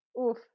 oof